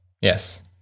Yes